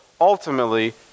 ultimately